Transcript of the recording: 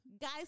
Guys